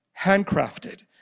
Handcrafted